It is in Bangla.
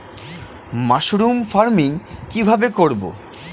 মাসরুম ফার্মিং কি ভাবে করব?